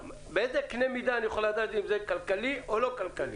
באיזה קנה מידה אני יכול לדעת אם זה כלכלי או לא כלכלי?